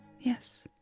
Yes